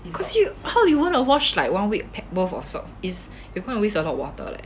could you how you wanna wash like one week pack worth of socks is you gonna waste a lot of water